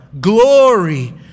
glory